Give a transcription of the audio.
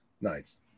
nice